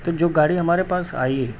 تو جو گاڑی ہمارے پاس آئی